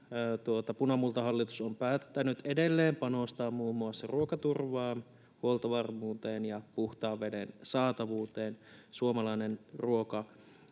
punamultahallitus on päättänyt edelleen panostaa muun muassa ruokaturvaan, huoltovarmuuteen ja puhtaan veden saatavuuteen. Suomalainen ruoka,